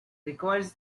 requires